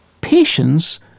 patience